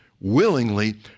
willingly